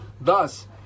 Thus